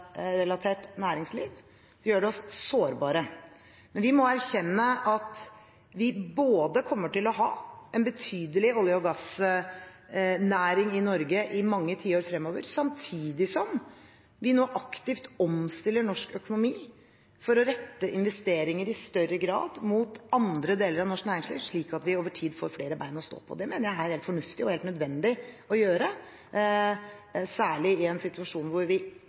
næringsliv, gjør det oss sårbare. Vi må erkjenne at vi kommer til å ha en betydelig olje- og gassnæring i Norge i mange tiår fremover samtidig som vi nå aktivt omstiller norsk økonomi for å rette investeringer i større grad mot andre deler av norsk næringsliv, slik at vi over tid får flere ben å stå på. Det mener jeg er fornuftig og helt nødvendig å gjøre, særlig i en situasjon hvor